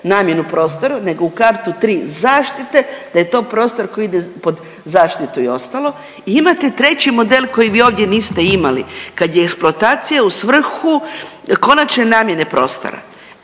namjenu prostora nego u kartu 3 zaštite da je to prostor koji ide pod zaštitu i ostalo i imate treći model koji vi ovdje niste imali, kad je eksploatacija u svrhu konačne namjene prostora.